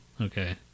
okay